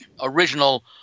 original